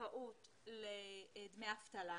זכאות לדמי אבטלה,